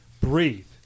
breathe